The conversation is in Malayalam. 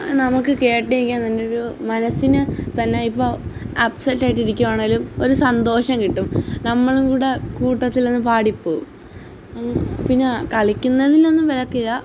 നമുക്കു കേട്ടു നിൽക്കാൻ തന്നൊരു മനസ്സിനു തന്നെ ഇപ്പോൾ അപ്സെറ്റായിട്ടിരിക്കുകയാണെങ്കിലും ഒരു സന്തോഷം കിട്ടും നമ്മളും കൂടി കുട്ടത്തിൽ നിന്നു പാടിപ്പോകും പിന്നെ കളിക്കുന്നതിനൊന്നും വിലക്കില്ല